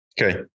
Okay